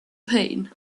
payne